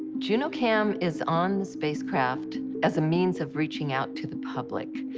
junocam is on the spacecraft as a means of reaching out to the public.